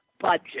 budget